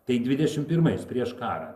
tai dvidešimt pirmais prieš karą